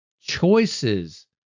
choices